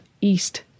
East